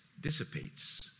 dissipates